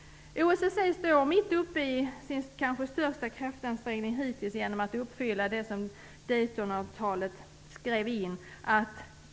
OSSE står mitt uppe i sin kanske största kraftansträngning hittills, nämligen att uppfylla det som skrevs in i Daytonavtalet.